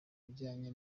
bijyanye